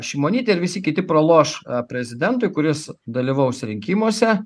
šimonytė ir visi kiti praloš prezidentui kuris dalyvaus rinkimuose